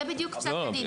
זה בדיוק פסק הדין,